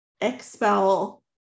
expel